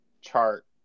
chart